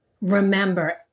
Remember